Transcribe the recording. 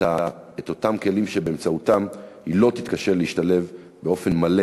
אותם כלים שבאמצעותם היא לא תתקשה להשתלב באופן מלא